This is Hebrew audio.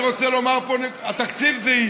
התקציב זה,